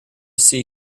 see